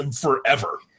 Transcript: forever